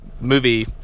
movie